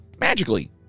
magically